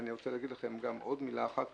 אבל אני רוצה להגיד לכם עוד מילה אחת,